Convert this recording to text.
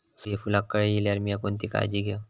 सूर्यफूलाक कळे इल्यार मीया कोणती काळजी घेव?